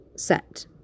Set